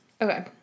Okay